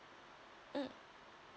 mm